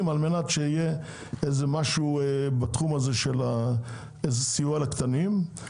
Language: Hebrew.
על מנת שיהיה איזה משהו בתחום הזה של סיוע לקטנים.